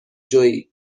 جویی